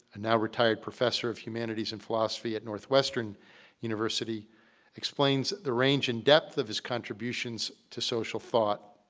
ah now retired professor of humanities and philosophy at northwestern university explains the range and depth of his contributions to social thought,